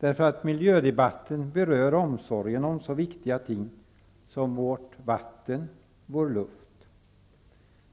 eftersom miljödebatten berör omsorgen om så viktiga ting som vårt vatten och vår luft.